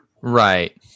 Right